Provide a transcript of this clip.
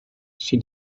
she